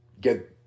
get